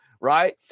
right